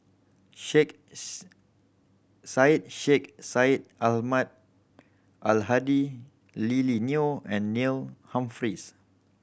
Sheikh Syed Sheikh Syed Ahmad Al Hadi Lily Neo and Neil Humphreys